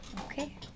Okay